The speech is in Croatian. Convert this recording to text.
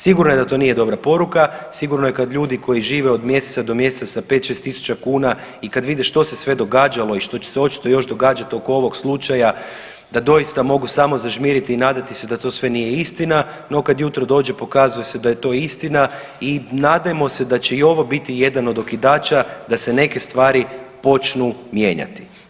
Sigurno je da to nije dobra poruka, sigurno je kad ljudi koji žive od mjeseca do mjeseca sa 5-6 tisuća kuna i kad vide što se sve događalo i što će se očito još događat oko ovog slučaja da doista mogu samo zažmiriti i nadati se da to sve nije istina, no kad jutro dođe pokazuje se da je to istina i nadajmo se da će i ovo biti jedan od okidača da se neke stvari počnu mijenjati.